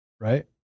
right